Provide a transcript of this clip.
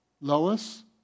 Lois